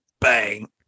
bang